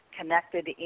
connected